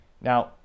now